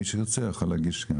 מי שירצה, יכול להגיש.